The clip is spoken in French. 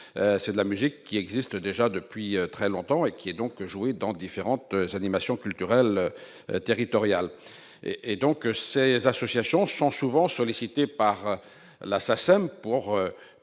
c'est de la musique qui existe déjà depuis très longtemps et qui est donc joué dans différentes animations culturelles territoriales et donc c'est les associations sont souvent sollicités par la Sacem pour